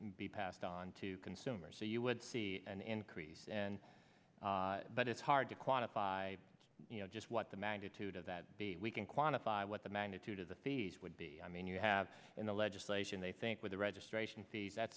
be passed on to consumers so you would see an increase and but it's hard to quantify you know just what the magnitude of that be we can quantify what the magnitude of the fees would be i mean you have in the legislation they think with the registration fees